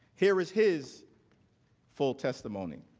here is his full testimony.